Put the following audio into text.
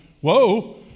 whoa